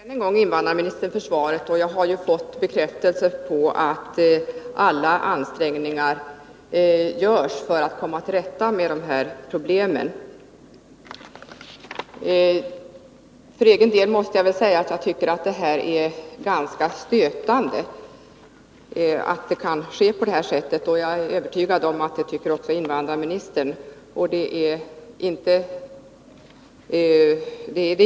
Herr talman! Jag har fått bekräftelse på att alla ansträngningar görs för att komma till rätta med dessa problem. För egen del måste jag säga att jag tycker det är stötande att det kan gå till på detta sätt, och jag är övertygad om att invandrarministern också tycker det.